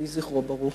יהי זכרו ברוך.